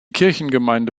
kirchengemeinde